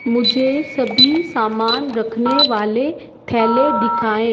मुझे सभी सामान रखने वाले थैले दिखाएँ